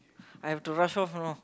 I have to rush off you know